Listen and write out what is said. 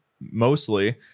mostly